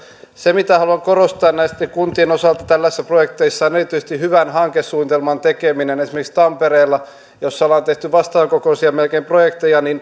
se mitä haluan korostaa näitten kuntien osalta tällaisissa projekteissa on erityisesti hyvän hankesuunnitelman tekeminen esimerkiksi tampereella jossa ollaan tehty melkein vastaavankokoisia projekteja